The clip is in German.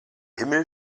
himmel